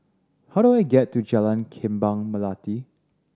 how do I get to Jalan Kembang Melati